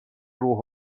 روح